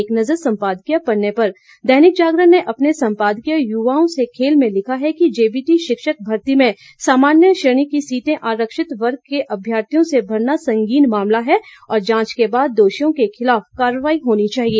एक नज़र सम्पादकीय पन्ने पर दैनिक जागरण ने अपने संपादकीय युवाओं से खेल में लिखा है कि जेबीटी शिक्षक भर्ती में सामान्य श्रेणी की सीटें आरक्षित वर्ग के अम्यर्थियों से भरना संगीन मामला है और जांच के बाद दोषियों के खिलाफ कार्रवाई होनी चाहिए